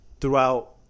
throughout